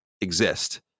exist